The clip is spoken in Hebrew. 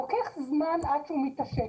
לוקח זמן עד שמתעשת.